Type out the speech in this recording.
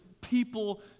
people